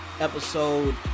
episode